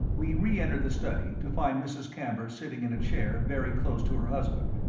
we reentered the study to find mrs. camber sitting in a chair very close to her husband.